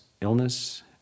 Illness